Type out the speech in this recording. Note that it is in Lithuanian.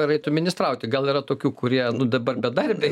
ir eitų ministraut gal yra tokių kurie nu dabar bedarbiai